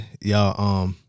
Y'all